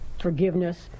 forgiveness